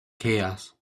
chaos